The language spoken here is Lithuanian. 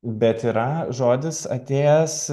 bet yra žodis atėjęs